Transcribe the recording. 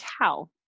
cow